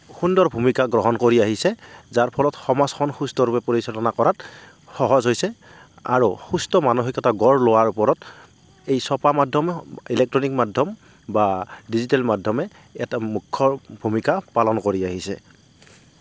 সুন্দৰ ভূমিকা গ্ৰহণ কৰি আহিছে যাৰ ফলত সমাজখন সুস্থৰূপে পৰিচালনা কৰাত সহজ হৈছে আৰু সুস্থ মানসিকতা গঢ় লোৱাৰ ওপৰত এই চপা মাধ্যম ইলেক্ট্ৰনিক মাধ্যম বা ডিজিটেল মাধ্যমে এটা মূখ্য ভূমিকা পালন কৰি আহিছে